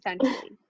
essentially